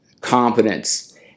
competence